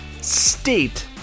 state